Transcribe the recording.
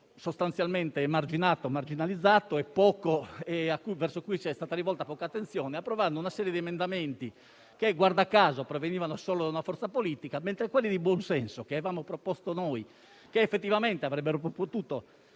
sostanzialmente marginalizzato e ad esso sia stata rivolta poca attenzione, con l'approvazione di una serie di emendamenti che, guarda caso, provenivano da una sola forza politica, mentre quelli di buon senso che avevamo proposto noi, che effettivamente avrebbero potuto